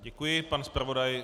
Děkuji, pan zpravodaj...